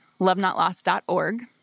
lovenotlost.org